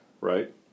right